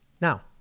Now